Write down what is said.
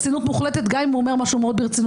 רצינות מוחלטת, גם אם הוא אומר משהו מאוד ברצינות.